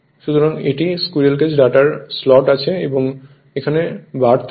সুতরাং এই squirrel cage rotor slot আছে এবং এখানে বার থাকে